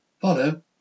Follow